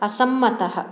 असम्मतः